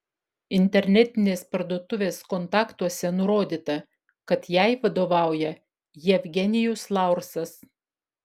internetinės parduotuvės kontaktuose nurodyta kad jai vadovauja jevgenijus laursas